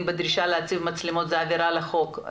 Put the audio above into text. בדרישה להציב מצלמות זו עבירה על החוק?